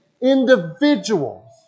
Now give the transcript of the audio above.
individuals